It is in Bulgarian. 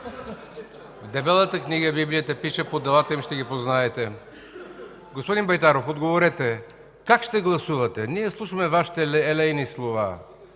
в дебелата книга – в Библията пише: „По делата им ще ги познаете”. Господин Байрактаров, отговорете: как ще гласувате? Ние слушаме Вашите елейни слова,